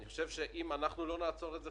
אני חושב שאם אנחנו לא נעצור את זה,